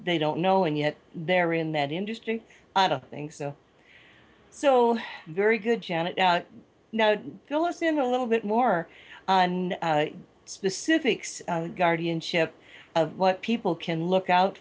they don't know and yet they're in that industry i don't think so so very good janet now fill us in a little bit more on specifics guardianship of what people can look out